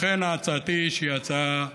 לכן הצעתי, שהיא הצעה מידתית,